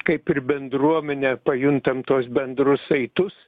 kaip ir bendruomenė pajuntam tuos bendrus saitus